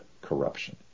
corruption